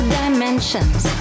dimensions